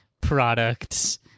products